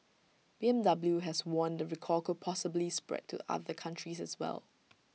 B M W has warned the recall could possibly spread to other countries as well